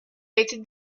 été